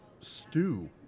stew